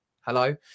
hello